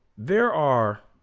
there are